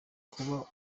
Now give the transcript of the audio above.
kuba